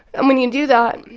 and when you do that,